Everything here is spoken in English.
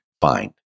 find